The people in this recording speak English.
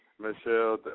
Michelle